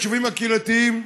היישובים הקהילתיים,